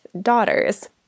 daughters